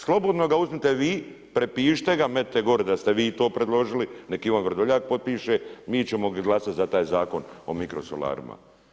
Slobodno ga uzmite vi, prepišite ga, metnite gore da ste vi to predložili, nek Ivan Vrdoljak potpiše, mi ćemo glasat za taj zakon o mikrosolarima.